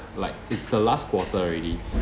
like it's the last quarter already